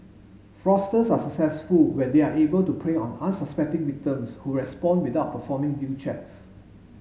fraudsters are successful when they are able to prey on unsuspecting victims who respond without performing due checks